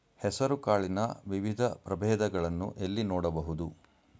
ಹೆಸರು ಕಾಳಿನ ವಿವಿಧ ಪ್ರಭೇದಗಳನ್ನು ಎಲ್ಲಿ ನೋಡಬಹುದು?